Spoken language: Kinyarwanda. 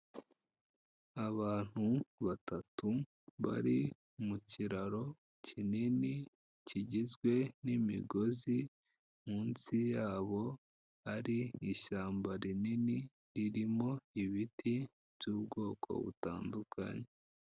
Abantu batatu bari mu kiraro kinini kigizwe n'imigozi, munsi yabo hari ishyamba rinini ririmo ibiti by'ubwoko butandukanye.